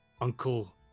Uncle